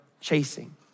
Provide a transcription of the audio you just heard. chasing